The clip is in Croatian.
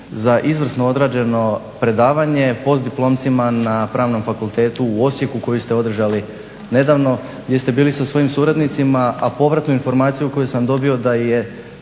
za izvrsno odrađeno predavanje postdiplomcima na Pravnom fakultetu u Osijeku koje ste održali nedavno gdje ste bili sa svojim suradnicima, a povratnu informaciju koju sam dobio da je